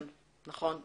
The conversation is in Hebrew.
כן, נכון.